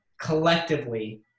collectively